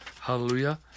Hallelujah